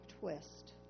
twist